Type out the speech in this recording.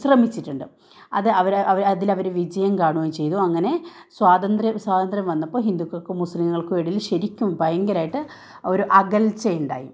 ശ്രമിച്ചിട്ടുണ്ട് അത് അവർ അതില് അവർ വിജയം കാണുകയും ചെയ്തു അങ്ങനെ സ്വാതന്ത്യം സ്വാതന്ത്യം വന്നപ്പോൾ ഹിന്ദുക്കള്ക്കും മുസ്ലീങ്ങള്ക്കും ഇടയില് ശരിക്കും ഭയങ്കരമായിട്ട് ഒരു അകൽച്ച ഉണ്ടായി